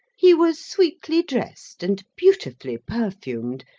he was sweetly dressed, and beautifully perfumed,